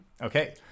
Okay